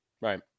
Right